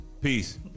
Peace